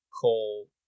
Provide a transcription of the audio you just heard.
Cole